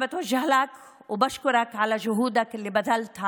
אני פונה אליך ומודה לך על המאמצים שהשקעת,